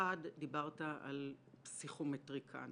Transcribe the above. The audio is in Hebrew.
דיברת על פסיכומטריקן.